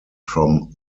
from